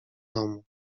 domu